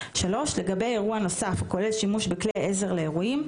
לגבי אירוע נוסף הכולל שימוש בכלי עזר לאירועים,